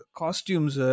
costumes